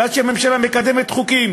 ועד שהממשלה מקדמת חוקים